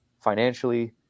financially